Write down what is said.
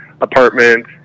apartment